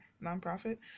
non-profit